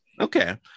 Okay